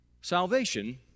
Salvation